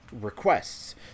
requests